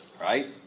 Right